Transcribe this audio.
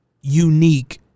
Unique